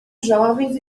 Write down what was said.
jovens